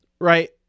Right